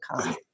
come